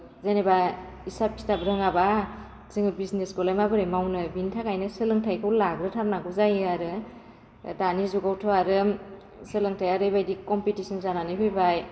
जेनेबा हिसाब खिथाब रोङाबा जोङो बिजनेसखौलाय माबोरै मावनो बेनि थाखायनो सोलोंथाइखौ लाग्रोथारनांगौ जायो आरो दानि जुगावथ' आरो सोलोंथाइआ ओरैबायदि कमपिटिसन जानानै फैबाय